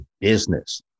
business